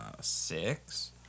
six